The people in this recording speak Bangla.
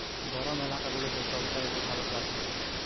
গরম এলাকা গুলাতে সব চাইতে ভালো চাষ হচ্ছে